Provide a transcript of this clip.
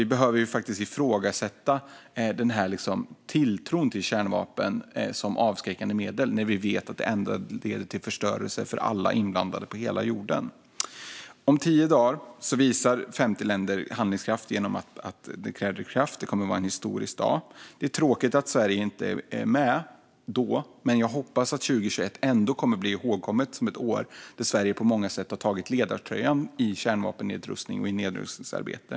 Vi behöver faktiskt ifrågasätta tilltron till kärnvapen som avskräckande medel. Vi vet att det ändå skulle leda till förstörelse för alla på hela jorden. Om tio dagar visar 50 länder handlingskraft genom att kärnvapenkonventionen träder i kraft. Det kommer att vara en historisk dag. Det är tråkigt att Sverige inte är med då. Men jag hoppas ändå att 2021 kommer att bli ihågkommet som ett år då Sverige på många sätt tog på ledartröjan för kärnvapennedrustning och nedrustningsarbete.